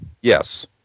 Yes